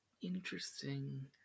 interesting